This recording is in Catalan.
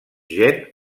gen